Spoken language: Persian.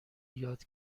یاد